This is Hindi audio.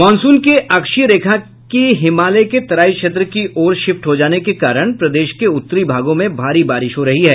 मानसून के अक्षीय रेखा की हिमालय के तराई क्षेत्र की ओर शिफ्ट हो जाने के कारण प्रदेश के उत्तरी भागों में भारी बारिश हो रही है